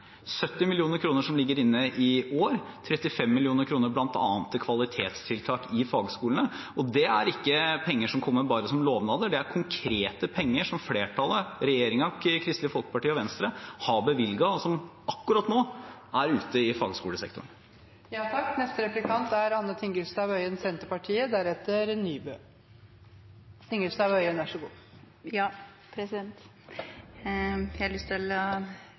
70 mill. kr ligger inne i år, bl.a. 35 mill. kr til kvalitetstiltak i fagskolene. Det er ikke penger som kommer bare som lovnader. Det er konkrete penger som flertallet – regjeringspartiene, Kristelig Folkeparti og Venstre – har bevilget, og som akkurat nå er ute i fagskolesektoren. Jeg har lyst til å uttrykke glede over at komiteen endelig har kommet så langt som nå. Da kommer jeg helt sikkert til å